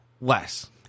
less